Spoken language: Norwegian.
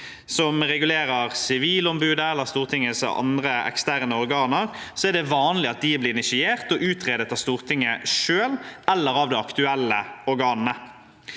som regulerer Sivilombudet eller Stortingets andre eksterne organer, er det vanlig at de blir initiert og utredet av Stortinget selv eller av det aktuelle organet.